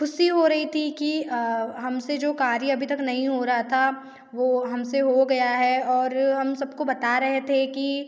ख़ुशी हो रही थी कि हम से जो कार्य अभी तक नहीं हो रहा था वो हम से हो गया है और हम सब को बता रहे थे कि